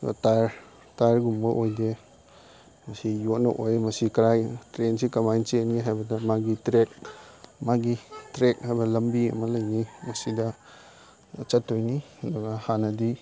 tyre ꯇꯥꯏꯌꯔꯒꯨꯝꯕ ꯑꯣꯏꯗꯦ ꯃꯁꯤ ꯌꯣꯠꯅ ꯑꯣꯏ ꯃꯁꯤ ꯀꯔꯥꯏ ꯇ꯭ꯔꯦꯟꯁꯤ ꯀꯃꯥꯏꯅ ꯆꯦꯟꯅꯤ ꯍꯥꯏꯕꯗ ꯃꯥꯒꯤ ꯇ꯭ꯔꯦꯛ ꯃꯥꯒꯤ ꯇ꯭ꯔꯦꯛ ꯍꯥꯏꯕ ꯂꯝꯕꯤ ꯑꯃ ꯂꯩꯅꯤ ꯃꯁꯤꯗ ꯆꯠꯇꯣꯏꯅꯤ ꯑꯗꯨꯒ ꯍꯥꯟꯅꯗꯤ